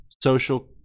social